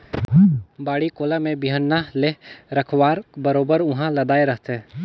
बाड़ी कोला में बिहन्हा ले रखवार बरोबर उहां लदाय रहथे